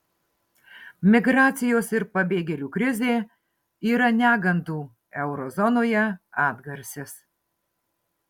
migracijos ir pabėgėlių krizė yra negandų euro zonoje atgarsis